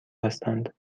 هستند